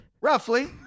roughly